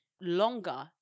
longer